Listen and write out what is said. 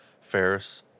Ferris